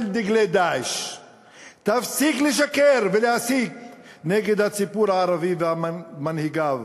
דגלי "דאעש"; תפסיק לשקר ולהסית נגד הציבור הערבי ומנהיגיו.